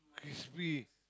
crispy